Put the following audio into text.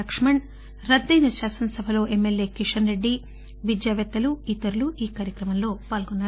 లక్మణ్రద్దయిన శాసనసభలో ఎమ్మెల్యే కిషన్ రెడ్డి విద్యాపేత్తలు ఇతరులు ఈ కార్యక్రమంలో పాల్గొన్నారు